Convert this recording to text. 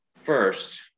first